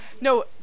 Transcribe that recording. No